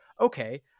okay